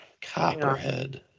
Copperhead